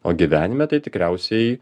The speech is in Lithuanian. o gyvenime tai tikriausiai